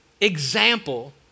example